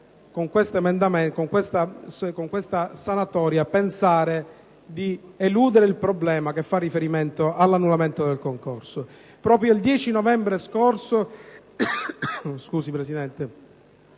con questa sanatoria il problema che fa riferimento all'annullamento del concorso.